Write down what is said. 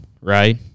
right